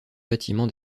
bâtiment